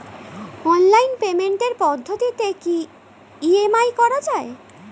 Online পেমেন্টের পদ্ধতিতে কি ই.এম.আই করা যায়?